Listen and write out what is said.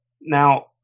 Now